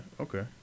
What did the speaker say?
Okay